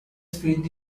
speed